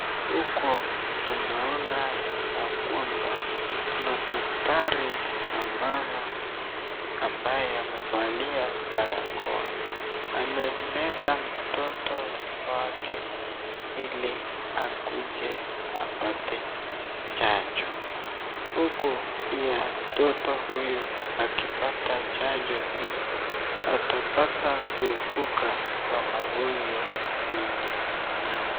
Huku tunaona ya kwamba kuna daktari na mama ambaye amevalia barakoa, amemleta mtoto wake ili akuje apate chanjo. huku pia mtoto huyu akipata chanjo hii atapata kuepuka kwa magonjwa mingi mingi.